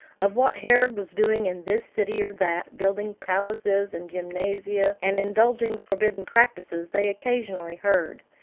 of what herod was doing in this city or that, building palaces and gymnasia, and indulging forbidden practises, they occasionally heard.